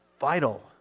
vital